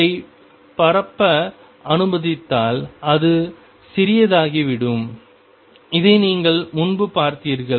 அதை பரப்ப அனுமதித்தால் அது சிறியதாகிவிடும் இதை நீங்கள் முன்பு பார்த்தீர்கள்